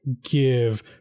give